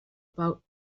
about